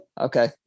Okay